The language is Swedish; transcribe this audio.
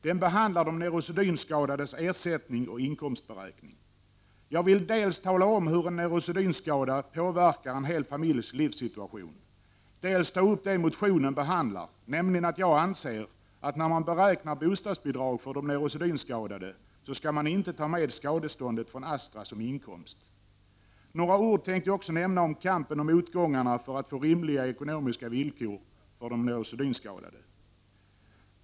Den handlar om de neurosedynskadades ersättning och inkomstberäkning. Jag vill dels tala om hur en neurosedynskada påverkar en hel familjs livssituation, dels ta upp det motionen behandlar, nämligen att jag anser, att när man beräknar bostadsbidrag för de neurosedynskadade, skall man inte ta med skadeståndet från Astra som inkomst. Några ord tänkte jag också nämna om kampen och motgångarna för att få rimliga ekonomiska villkor för de neurosedynskadade.